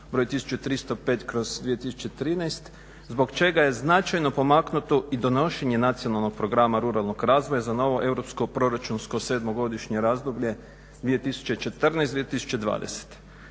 br. 1305/2013 zbog čega je značajno pomaknuto i donošenje Nacionalnog programa ruralnog razvoja za novo europsko, proračunsko sedmogodišnje razdoblje 2014./2020.